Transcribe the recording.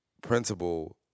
principle